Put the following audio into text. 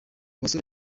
basore